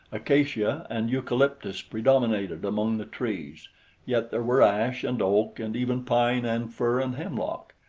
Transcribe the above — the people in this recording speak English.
acacia and eucalyptus predominated among the trees yet there were ash and oak and even pine and fir and hemlock.